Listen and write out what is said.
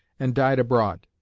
and died abroad.